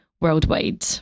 worldwide